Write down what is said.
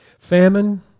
Famine